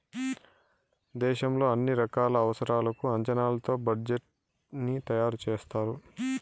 దేశంలో అన్ని రకాల అవసరాలకు అంచనాతో బడ్జెట్ ని తయారు చేస్తారు